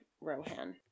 rohan